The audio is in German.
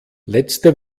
letzte